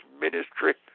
ministry